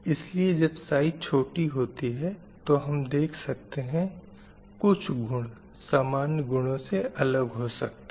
इसलिए जब साइज़ छोटी होती है तो हम देख सकते हैं कुछ गुण सामान्य गुणों से अलग हो सकते हैं